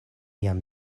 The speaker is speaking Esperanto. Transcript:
jam